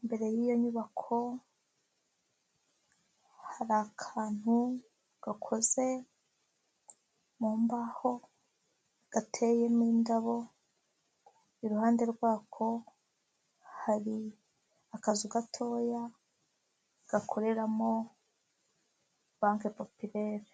imbere yiyo nyubako hari akantu gakoze mu mbaho gateyemo indabo, iruhande rwako hari akazu gatoya gakoreramo banki popirere.